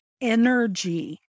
energy